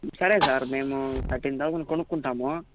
సరే సార్ మేము థర్టీన్ థౌసండ్కి కొనుక్కుంటాము